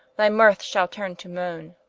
thy mirth shall turne to moane